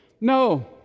No